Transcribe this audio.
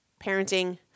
parenting